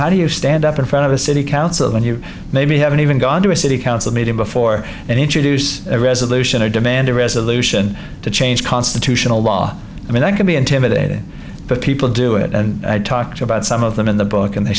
how do you stand up in front of a city council when you maybe haven't even gone to a city council meeting before and introduce a resolution or demand a resolution to change constitutional law i mean that can be intimidating but people do it and i talked about some of them in the book and they